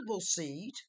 seed